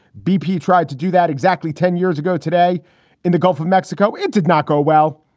bp tried to do that exactly ten years ago today in the gulf of mexico. it did not go well.